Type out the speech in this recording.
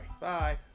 Bye